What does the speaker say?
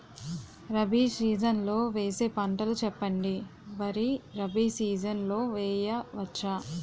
Rabi season లో వేసే పంటలు చెప్పండి? వరి రబీ సీజన్ లో వేయ వచ్చా?